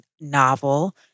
novel